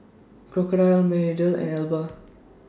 Crocodile Mediheal and Alba